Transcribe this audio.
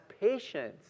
patience